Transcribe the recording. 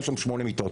והיו שם שמונה מיטות.